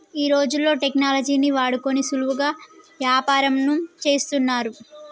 ఈ రోజుల్లో టెక్నాలజీని వాడుకొని సులువుగా యాపారంను చేత్తన్నారు